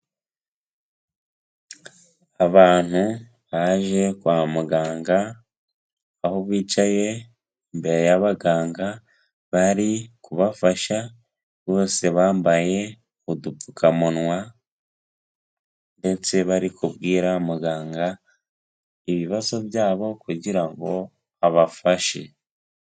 Abantu baje kwa muganga, aho bicaye imbere y'abaganga bari kubafasha, bose bambaye udupfukamunwa ndetse bari kubwira muganga ibibazo byabo kugira ngo abafashe.